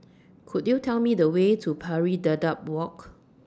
Could YOU Tell Me The Way to Pari Dedap Walk